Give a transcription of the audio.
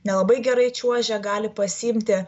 nelabai gerai čiuožia gali pasiimti